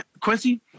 Quincy